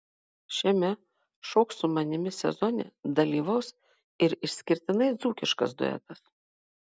šiame šok su manimi sezone dalyvaus ir išskirtinai dzūkiškas duetas